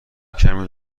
کمی